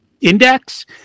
index